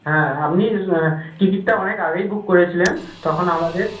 হ্যাঁ আপনি টিকিটটা অনেক আগেই বুক করেছিলেন তখন আমাদের